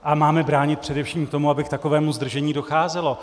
Ale máme bránit především tomu, aby k takovému zdržení docházelo.